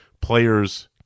Players